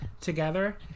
together